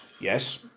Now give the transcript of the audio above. Yes